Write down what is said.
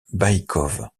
baïkove